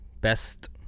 best